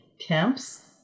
temps